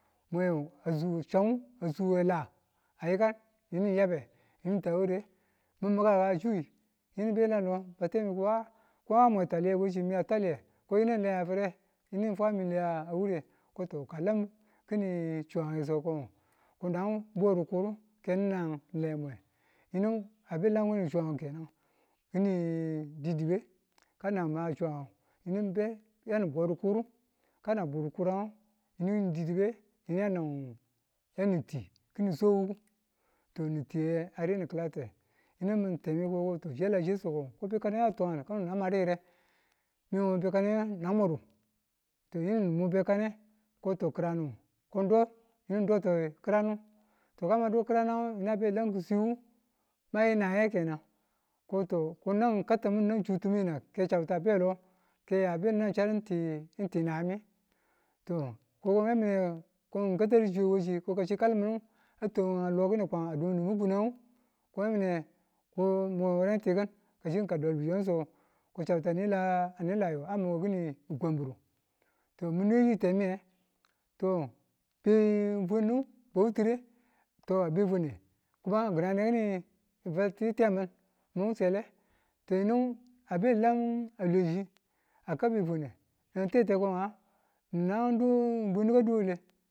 Mwe wu a su sun a sw we la a yikan yinu ng yabe yinu ng ta ware mi̱n mi̱ka ka ka sui yinu ng be lan lo ba temi ko nga a mwe twaliye washi? mi a twaliye ko yinu ng lai a fịre yini ng fwa mi ng lai a wure ko to ka lang kini chuwange so ko ngo ko nan buwe dikuru ke ng nan le mwe yinu abe lam ware chuwange kenan kini didibe kan ngu na ma chuwan ngu yinu nibe yani bu dukuru ka nang bu dukuranngu yini didibe yine yani yani tii kini swakukung to tii ye a ri ni ki̱late yine mi̱n temi ko to ko bekwada a to kano na madi yire me o me bekane na mudu to yini nu mu bekane ko to ki̱rang ko do yinu ng do ti ki̱rang to ka ma do kịrang, yinu a be a lan kiswi wu ma yi naye kenan ko to nan ka tịmị na chutumu yinang ke chabti a be lo ke a be nan chabdu ng ti nayemi to ko yemi kata du chiwe kasono ki kalmini a twanan lo ki̱nan kwan a dunu mwunnu kunne ko ye mine ko mi̱n ware ng ti kin kushi a da loge ko so ko chatutu a ne layi ko a mun ki̱nu kwabiru to mine yi temiye to be bwenin bautire to begware kuma kina newe kini fatiyu tiyan min mun sele tenin abe a lan a lweshi a ka befwane tete ko nga nang do bwenin ka do wule